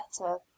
better